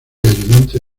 ayudante